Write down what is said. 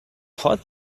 thought